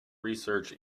research